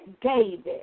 David